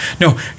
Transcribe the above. No